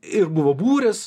ir buvo burės